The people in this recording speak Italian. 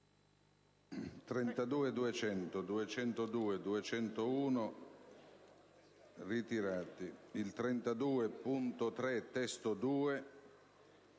32.3 (testo 2)